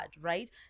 right